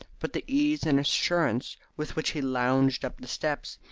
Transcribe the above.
but the ease and assurance with which he lounged up the steps,